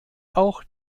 auch